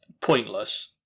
pointless